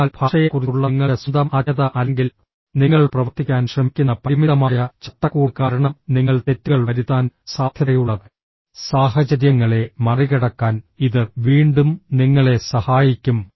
അതിനാൽ ഭാഷയെക്കുറിച്ചുള്ള നിങ്ങളുടെ സ്വന്തം അജ്ഞത അല്ലെങ്കിൽ നിങ്ങൾ പ്രവർത്തിക്കാൻ ശ്രമിക്കുന്ന പരിമിതമായ ചട്ടക്കൂട് കാരണം നിങ്ങൾ തെറ്റുകൾ വരുത്താൻ സാധ്യതയുള്ള സാഹചര്യങ്ങളെ മറികടക്കാൻ ഇത് വീണ്ടും നിങ്ങളെ സഹായിക്കും